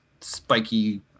spiky